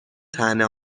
طعنه